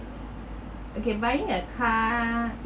I can buying a car